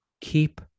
keep